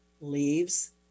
leaves